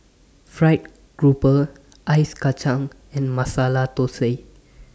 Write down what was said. Fried Grouper Ice Kachang and Masala Thosai